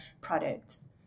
products